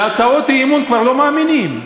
הרי להצעות האי-אמון כבר לא מאמינים,